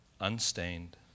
unstained